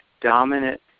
dominant